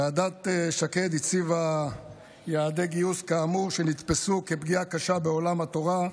ועדת שקד הציבה יעדי גיוס כאמור שנתפסו כפגיעה קשה בעולם התורה,